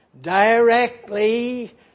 directly